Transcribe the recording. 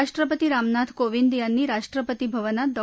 राष्ट्रपती रामनाथ कोविद यांनी राष्ट्रपती भवनात डॉ